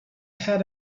had